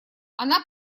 она